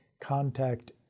contact